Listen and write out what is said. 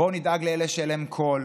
בואו נדאג לאלה שאין להם קול.